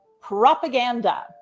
propaganda